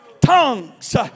tongues